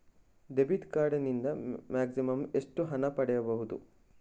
Debit card ನಿಂದ maximum ಎಷ್ಟು ಹಣ ಪಡೆಯಬಹುದು?